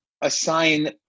assign